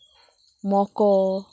मोको